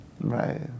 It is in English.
right